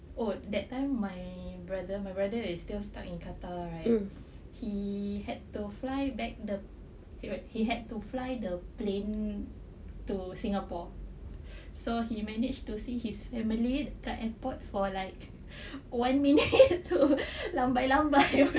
oh that time my brother my brother is still stuck in qatar right he had to fly back the he had to fly the plane to singapore so he manage to see his family kat airport for like one minute to lambai-lambai only